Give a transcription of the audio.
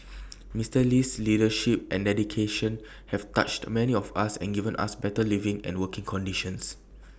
Mister Lee's leadership and dedication have touched many of us and given us better living and working conditions